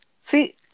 See